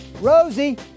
Rosie